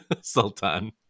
sultan